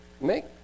Make